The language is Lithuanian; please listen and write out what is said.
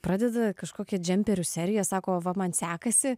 pradeda kažkokį džemperių seriją sako va man sekasi